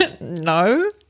no